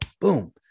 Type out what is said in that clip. Boom